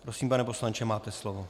Prosím, pane poslanče, máte slovo.